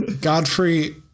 Godfrey